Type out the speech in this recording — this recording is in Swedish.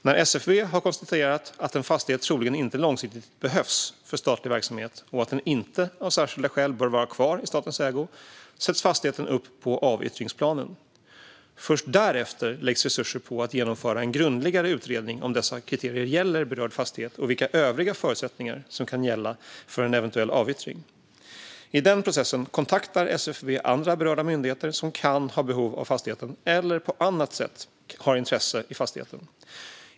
När SFV har konstaterat att en fastighet troligen inte långsiktigt behövs för statlig verksamhet och att den inte av särskilda skäl bör vara kvar i statens ägo sätts fastigheten upp på avyttringsplanen. Först därefter läggs resurser på att genomföra en grundligare utredning om dessa kriterier gäller berörd fastighet och vilka övriga förutsättningar som kan gälla för en eventuell avyttring. I den processen kontaktar SFV andra berörda myndigheter som kan ha behov av fastigheten eller på annat sätt har intresse i fastigheten.